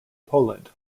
poland